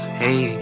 hey